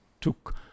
took